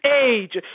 age